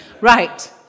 Right